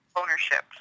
ownership